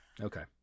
Okay